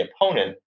opponent